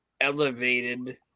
elevated